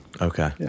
Okay